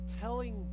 telling